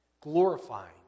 glorifying